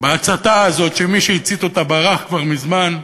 בהצתה הזאת, שמי שהצית אותה ברח כבר מזמן,